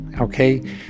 okay